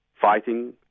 fighting